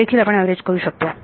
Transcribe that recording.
हेदेखील आपण एव्हरेज करू शकतो